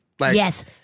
Yes